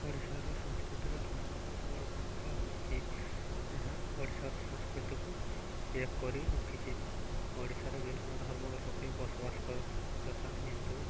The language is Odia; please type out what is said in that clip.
ଓଡ଼ିଶାର ସଂସ୍କୃତିର ଧର୍ମର ବଡ଼ ଭୂମିକା ରହିଛି ଏହା ଓଡ଼ିଶାର ସଂସ୍କୃତିକୁ ଏକ କରି ରଖିଛି ଓଡ଼ିଶାରେ ବିଭିନ୍ନ ଧର୍ମର ଲୋକେ ବସବାସ କରନ୍ତି ଯଥା ହିନ୍ଦୁ